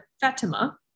Fatima